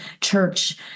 church